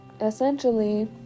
essentially